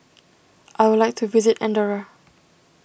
I would like to visit Andorra